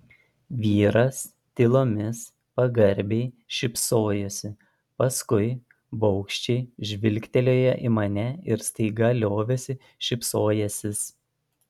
vyras tylomis pagarbiai šypsojosi paskui baugščiai žvilgtelėjo į mane ir staiga liovėsi šypsojęsis